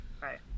Right